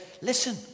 Listen